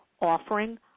offering